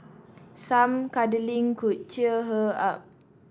some cuddling could cheer her up